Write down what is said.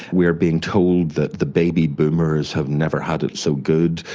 we're being told that the baby boomers have never had it so good,